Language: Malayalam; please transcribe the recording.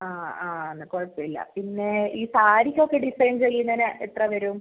ആ ആ എന്നാൽ കുഴപ്പമില്ല പിന്നെ ഈ സാരിക്കൊക്കെ ഡിസൈൻ ചെയ്യുന്നതിന് എത്ര വരും